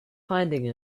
finding